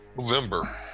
November